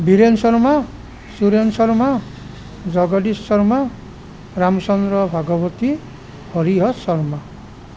Biren Sharma Suren Sharma Jagadish Sharma Ramchandra Bhagawati Harihar Sharma